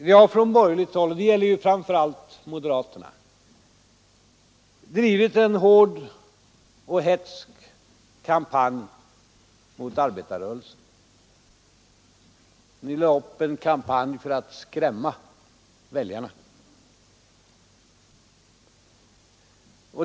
Det har från borgerligt håll — det gäller framför allt moderaterna — drivits en hård och hätsk kampanj mot arbetarrörelsen. Ni lade upp en kampanj för att skrämma väljarna.